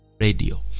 Radio